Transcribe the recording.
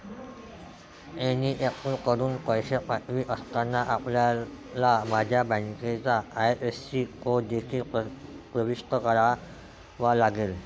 NEFT कडून पैसे पाठवित असताना, आपल्याला माझ्या बँकेचा आई.एफ.एस.सी कोड देखील प्रविष्ट करावा लागेल